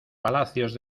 palacios